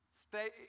Stay